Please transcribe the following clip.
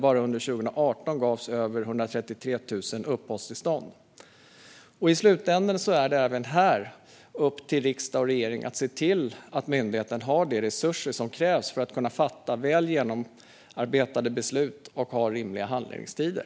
Bara under 2018 gavs över 133 000 uppehållstillstånd. I slutändan är det även här upp till riksdag och regering att se till att myndigheten har de resurser som krävs för att kunna fatta väl genomarbetade beslut och ha rimliga handläggningstider.